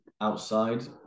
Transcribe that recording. outside